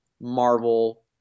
Marvel